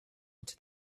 into